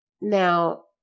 Now